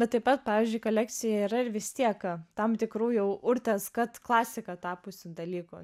bet taip pat pavyzdžiui kolekcija yra ir vis tiek tam tikrų jau urtės kat klasika tapusių dalykų